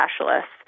specialists